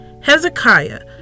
Hezekiah